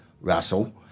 Russell